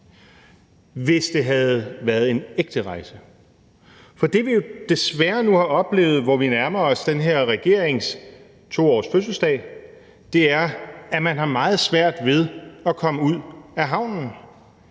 hvis det havde været en ægte rejse. For det, vi desværre nu har oplevet, hvor vi nærmer os den her regerings 2-årsfødselsdag, er, at man har meget svært ved at komme ud af havnen.